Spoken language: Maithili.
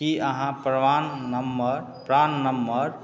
की अहाँ प्रमाण नंबर प्राण नंबर